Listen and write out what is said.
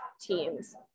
teams